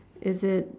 is it